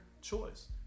choice